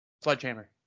Sledgehammer